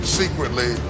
secretly